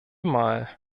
mal